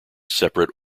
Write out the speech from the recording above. separate